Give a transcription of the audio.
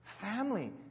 family